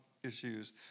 Issues